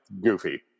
goofy